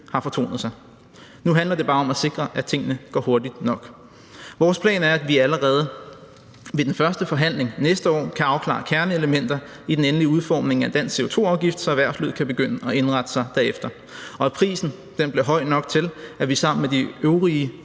har fortonet sig. Nu handler det bare om at sikre, at tingene går hurtigt nok. Vores plan er, at vi allerede ved den første forhandling næste år kan afklare kerneelementer i den endelige udformning af en dansk CO2-afgift, så erhvervslivet kan begynde at indrette sig derefter, og at prisen bliver høj nok til, at vi sammen med de øvrige